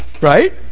right